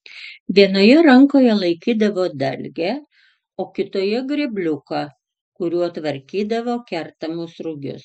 vienoje rankoje laikydavo dalgę o kitoje grėbliuką kuriuo tvarkydavo kertamus rugius